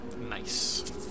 Nice